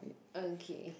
okay